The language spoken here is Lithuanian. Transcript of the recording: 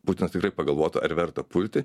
putinas tikrai pagalvotų ar verta pulti